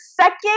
second